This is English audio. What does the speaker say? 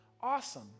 Awesome